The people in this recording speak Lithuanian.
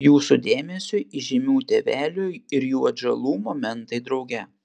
jūsų dėmesiui įžymių tėvelių ir jų atžalų momentai drauge